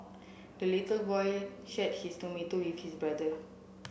the little boy shared his tomato with his brother